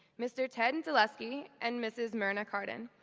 mr. ted and zaleski and mrs. myrna cardin,